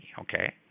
okay